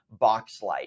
Boxlight